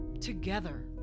Together